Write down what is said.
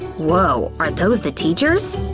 woah, are those the teachers?